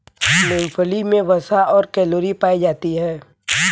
मूंगफली मे वसा और कैलोरी पायी जाती है